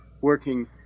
working